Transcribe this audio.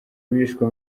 bishwe